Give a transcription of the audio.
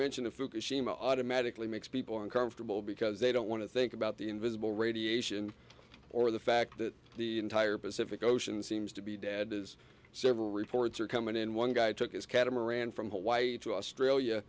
fukushima automatically makes people uncomfortable because they don't want to think about the invisible radiation or the fact that the entire pacific ocean seems to be dead is several reports are coming in one guy took his catamaran from hawaii to australia